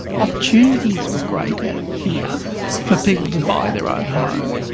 opportunities were greater here for people to buy their own home.